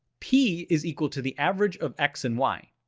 p is equal to the average of x and y.